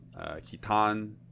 Kitan